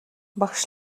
багш